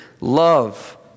love